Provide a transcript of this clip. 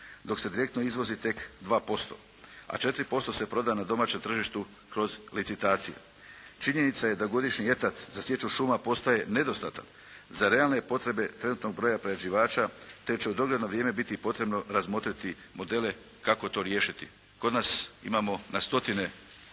dok se direktno izvozi tek 2%, a 4% se proda na domaćem tržištu kroz licitacije. Činjenica je da godišnji etat za sječu šuma postaje nedostatan za realne potrebe trenutnog broja proizvođača, te će u dogledno vrijeme biti potrebno razmotriti modele kako to riješiti. Kod nas imamo na stotine